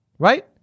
Right